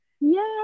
yes